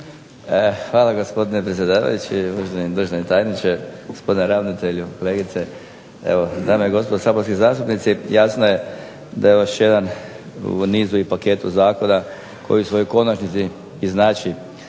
Hvala gospodine predsjedavajući, uvaženi državni tajniče, gospodine ravnatelju, kolegice. Evo dame i gospodo saborski zastupnici jasno je da je ovo još jedan u nizu i paketu zakona koji u svojoj konačnici i znači